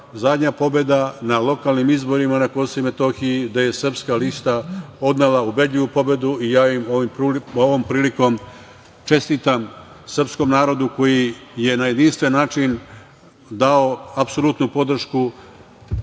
zadnja pobeda na lokalnim izborima na Kosovu i Metohiji, a gde je Srpska lista odnela ubedljivu pobedu i ja ovom prilikom čestitam srpskom narodu koji je na jedinstven način dao apsolutnu podršku